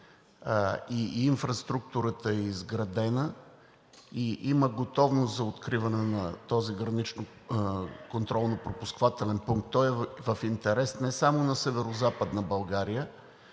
инфраструктурата е изградена и има готовност за откриване на този граничен контролно-пропускателен пункт. Той е в интерес не само на Северозападна България